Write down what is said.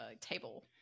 table